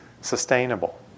sustainable